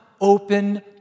open